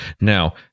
now